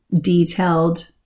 detailed